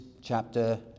chapter